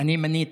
אני מניתי.